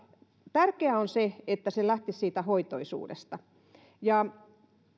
tärkeää on se että se lähtisi siitä hoitoisuudesta ja